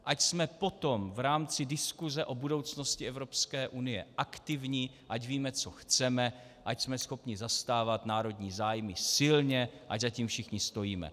Ať jsme potom, v rámci diskuze o budoucnosti Evropské unie, aktivní, ať víme, co chceme, ať jsme schopni zastávat národní zájmy silně, ať za tím všichni stojíme.